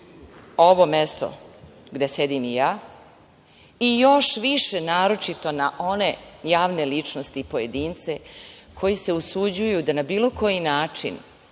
ovo mesto gde sedim i ja i još više naročito na one javne ličnosti i pojedince koji se usuđuju da na bilo koji način